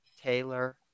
Taylor